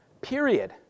Period